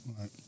Right